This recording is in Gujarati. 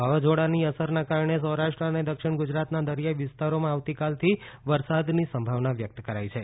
વાવાઝોડાની અસરનાં કારણે સૌરાષ્ટ્ર અને દક્ષિણ ગુજરાતનાં દરિયાઈ વિસ્તારોમાં આવતીકાલથી વરસાદની સંભાવના વ્યકત કરાઈ છે